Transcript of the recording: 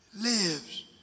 lives